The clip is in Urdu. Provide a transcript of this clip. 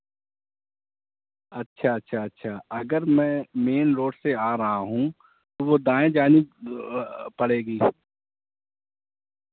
اچھا اچھا اچھا اگر میں مین روڈ سے آ رہا ہوں تو وہ دائیں جانب پڑے گی